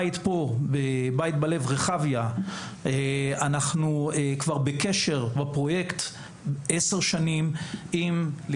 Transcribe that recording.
ב"בית בלב" רחביה אנחנו בפרויקט כבר עשר שנים עם "וראייטי".